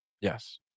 yes